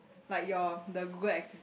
like your the Google assis~